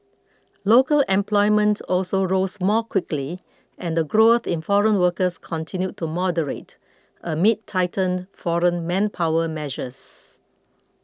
local employment also rose more quickly and the growth in foreign workers continued to moderate amid tightened foreign manpower measures